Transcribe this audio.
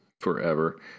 forever